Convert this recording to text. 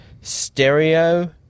stereo